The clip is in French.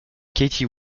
katie